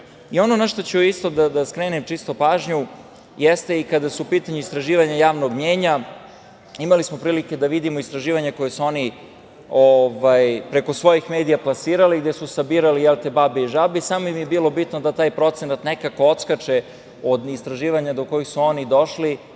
na šta ću da skrenem pažnju jeste i kada su u pitanju istraživanja javnog mnjenja. Imali smo priliku da vidimo istraživanja koja su oni preko svojih medija plasirali i gde su sabirali babe i žabe i samo im je bilo bitno da taj procenat nekako odskače u istraživanju do kojih su oni došli,